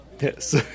Yes